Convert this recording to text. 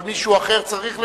אבל מישהו אחר צריך לשלם,